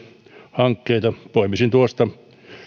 hankkeita poimisin tuosta